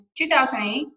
2008